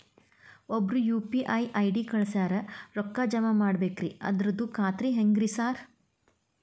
ಒಬ್ರು UPI ID ಕಳ್ಸ್ಯಾರ ರೊಕ್ಕಾ ಜಮಾ ಮಾಡ್ಬೇಕ್ರಿ ಅದ್ರದು ಖಾತ್ರಿ ಹೆಂಗ್ರಿ ಸಾರ್?